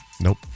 Nope